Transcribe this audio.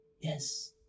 yes